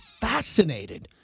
fascinated